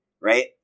Right